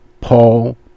Paul